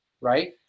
Right